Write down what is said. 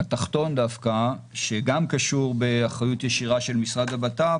התחתון דווקא שגם קשור באחריות ישירה של משרד הבט"פ,